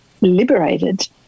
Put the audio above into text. liberated